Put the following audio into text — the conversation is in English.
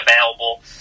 available